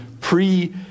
pre-